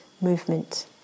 movement